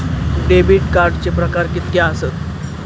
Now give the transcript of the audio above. Debit कार्डचे प्रकार कीतके आसत?